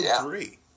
three